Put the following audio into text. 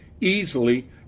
easily